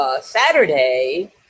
Saturday